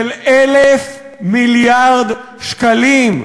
של 1,000 מיליארד שקלים.